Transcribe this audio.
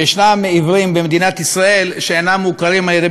שיש עיוורים במדינת ישראל שאינם מוכרים על-ידי